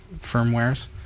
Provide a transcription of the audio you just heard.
firmwares